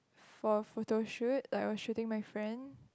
for a photo shoot like was shooting my friend